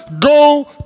go